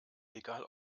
egal